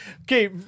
Okay